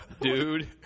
Dude